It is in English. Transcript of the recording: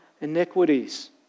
iniquities